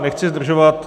Nechci zdržovat.